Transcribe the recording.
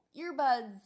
earbuds